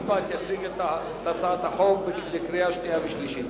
חוק ומשפט יציג את הצעת החוק לקריאה שנייה ולקריאה שלישית.